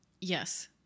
Yes